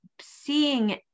seeing